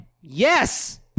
yes